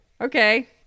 Okay